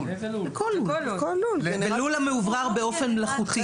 לכל לול המאוורר באופן מלאכותי.